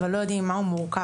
אבל לא יודעים ממה הוא מורכב.